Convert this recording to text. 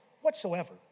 whatsoever